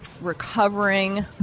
recovering